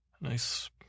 Nice